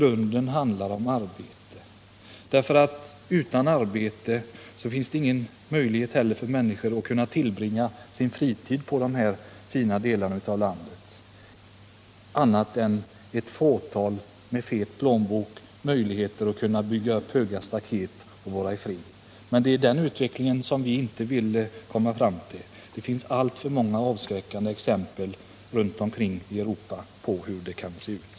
Utan arbete finns det inte heller någon möjlighet för människor att tillbringa sin fritid i de här fina delarna av landet, med undantag av ett fåtal med fet plånbok och med möjligheter att bygga upp höga staket för att få vara i fred. Men det är ju en sådan utveckling som vi inte vill ha. Det finns runtomkring i Europa alltför många avskräckande exempel på hur det kan se ut.